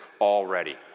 already